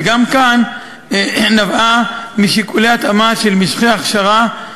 וגם כאן היא נבעה משיקולי התאמה של משכי הכשרה,